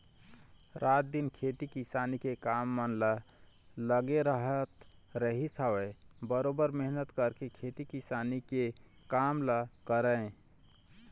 रात दिन खेती किसानी के काम मन म लगे रहत रहिस हवय बरोबर मेहनत करके खेती किसानी के काम ल करय